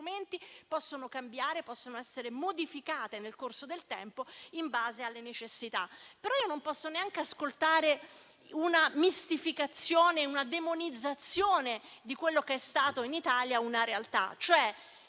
possono cambiare e possono essere modificate nel corso del tempo in base alle necessità. Però non posso neanche ascoltare una mistificazione e una demonizzazione di quella che è stata in Italia una realtà.